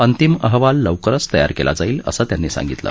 अंतिम अहवाल लवकरच तयार केला जाईल असं त्यांनी सांगितलं